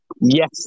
Yes